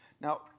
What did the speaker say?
Now